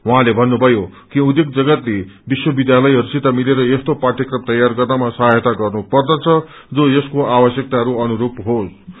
उहाँले भन्नुभयो कि उध्योग जगतले विश्व विध्यालयहरूसित मिलेर यस्तो पाठयक्रम तयार गर्नमा सहायता गर्नु पर्दछ जो यसको आवश्यकताहरू अनुरूप होस